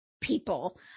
people